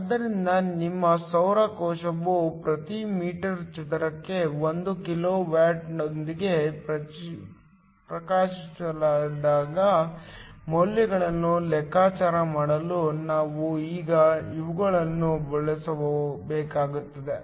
ಆದ್ದರಿಂದ ನಿಮ್ಮ ಸೌರ ಕೋಶವು ಪ್ರತಿ ಮೀಟರ್ ಚದರಕ್ಕೆ 1 ಕಿಲೋ ವ್ಯಾಟ್ನೊಂದಿಗೆ ಪ್ರಕಾಶಿಸಿದಾಗ ಮೌಲ್ಯಗಳನ್ನು ಲೆಕ್ಕಾಚಾರ ಮಾಡಲು ನಾವು ಈಗ ಇವುಗಳನ್ನು ಬಳಸಬೇಕಾಗುತ್ತದೆ